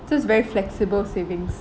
just very flexible savings